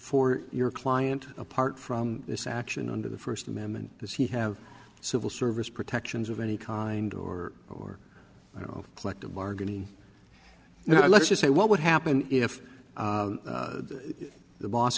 for your client apart from this action under the first amendment does he have civil service protections of any kind or or you know collective bargaining now let's just say what would happen if the boss